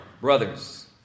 brothers